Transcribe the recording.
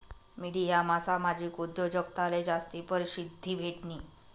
मिडियामा सामाजिक उद्योजकताले जास्ती परशिद्धी भेटनी